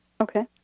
okay